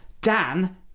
Dan